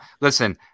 listen